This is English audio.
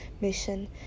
mission